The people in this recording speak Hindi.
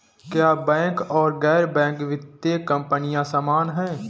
क्या बैंक और गैर बैंकिंग वित्तीय कंपनियां समान हैं?